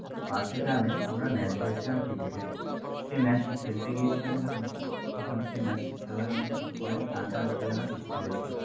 একটি পাশের গ্রামে আমরা ম্যাচ ধরেছিলাম ক্রিকেটের সেই ম্যাচটি খেলতে গিয়েছিলাম যখন তখন সেই ম্যাচটি খেলার মধ্যে অনেক টানটান উত্তেজনা সৃষ্টি হয়েছিলো